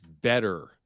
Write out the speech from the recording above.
better